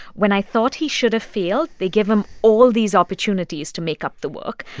when i thought he should have failed, they gave him all these opportunities to make up the book.